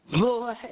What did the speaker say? Boy